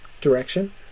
direction